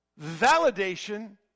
validation